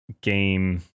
game